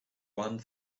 one